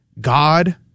God